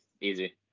easy